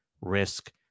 risk